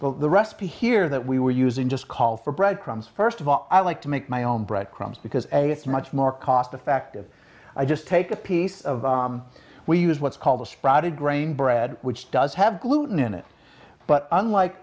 not the rest to here that we were using just call for bread crumbs first of all i like to make my own bread crumbs because it's much more cost effective i just take a piece of we use what's called the sprouted grain bread which does have gluten in it but unlike